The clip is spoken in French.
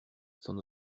son